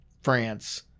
France